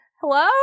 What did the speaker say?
Hello